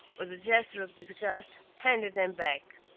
with a gesture of disgust, handed them back.